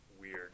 weird